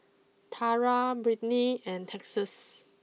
Tara Brittni and Texas